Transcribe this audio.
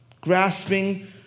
Grasping